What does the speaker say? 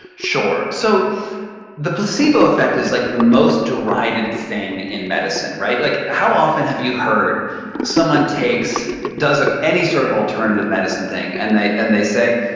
sure. so the placebo effect is like the most derided thing in medicine, right? like how often have you heard someone takes, does ah any sort of alternative medicine thing, and they and they say,